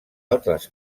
altres